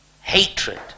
hatred